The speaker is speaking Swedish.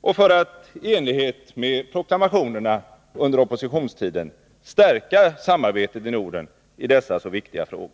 och för att — i enlighet med proklamationerna under oppositionstiden — stärka samarbetet i Norden i dessa viktiga frågor?